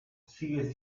sigue